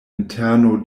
interno